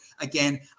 again